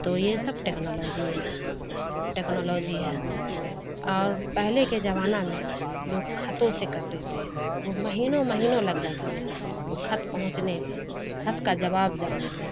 تو یہ سب ٹیکنالوجی ہے ٹیکنالوجی ہے اور پہلے کے زمانہ میں لوگ خطوں سے کرتے تھے وہ مہینوں مہینوں لگ جاتا تھا وہ خط پہنچنے میں خط کا جواب جانے میں